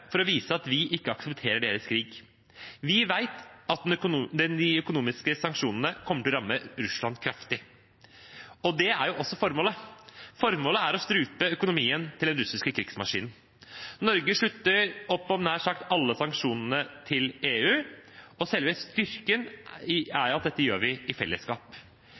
for å vise at vi ikke aksepterer deres krig. Vi vet at de økonomiske sanksjonene kommer til å ramme Russland kraftig, og det er også formålet. Formålet er å strupe økonomien til den russiske krigsmaskinen. Norge slutter opp om nær sagt alle sanksjonene til EU, og selve styrken er at vi gjør dette i fellesskap.